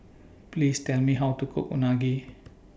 Please Tell Me How to Cook Unagi